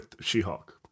She-Hulk